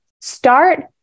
start